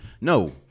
No